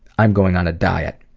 i'm going on a diet.